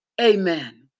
amen